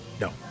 No